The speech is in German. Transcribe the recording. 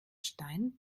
stein